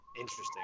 interesting